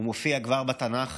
הוא מופיע כבר בתנ"ך,